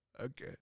Okay